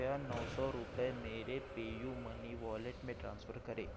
कृपया नौ सौ रुपये मेरे पेयूमनी वॉलेट में ट्रांसफ़र करें